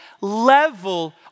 level